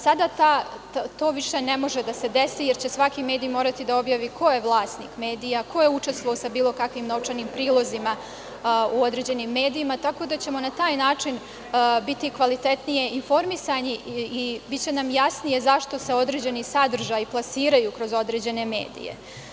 Sada to više ne može da se desi, jer će svaki medij morati da objavi ko je vlasnik medija, ko je učestvovao sa bilo kakvim novčanim prilozima u određenim medijima, tako da ćemo na taj način biti kvalitetnije informisani i biće nam jasnije zašto se određeni sadržaji plasiraju kroz određene medije.